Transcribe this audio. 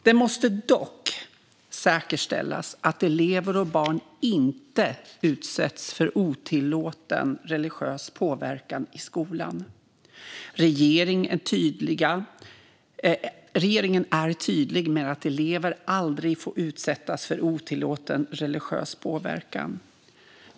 Det måste dock säkerställas att elever och barn inte utsätts för otillåten religiös påverkan i skolan. Regeringen är tydlig med att elever aldrig får utsättas för otillåten religiös påverkan.